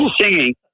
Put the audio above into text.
singing